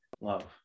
love